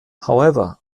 however